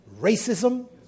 racism